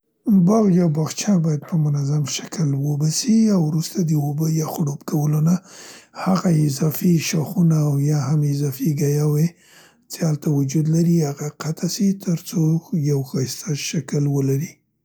باغ یا باغچه باید په منظم شکل اوبه سي او وروسته د اوبو یا خړوب کولو نه هغه اضافي شاخونه یا هم اضافي ګیاوې څې هلته وجود لري هغه قطع سي تر څو یو ښایسته شکل ولري.